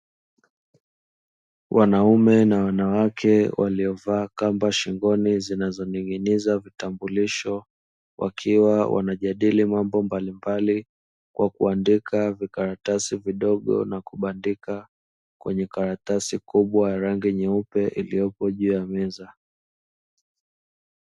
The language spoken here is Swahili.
Wanaume na wanawake, waliovaa kamba shingoni zinazoning’iniza vitambulisho, wakiwa wanajadili mambo mbalimbali kwa kuandika vikaratasi vidogo na kubandika kwenye karatasi kubwa ya rangi nyeupe iliyopo juu ya meza.